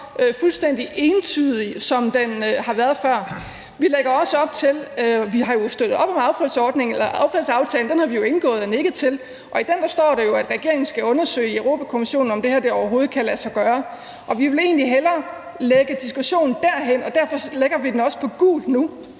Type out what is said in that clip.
fuldstændig entydig, som den har været før. Vi lægger også op til og har støttet op om affaldsaftalen. Den har vi jo indgået og nikket til, og i den står der jo, at regeringen i Europa-Kommissionen skal undersøge, om det her overhovedet kan lade sig gøre. Vi vil egentlig hellere lægge diskussionen derhen, og derfor lægger vi den også på gult nu,